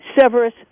Severus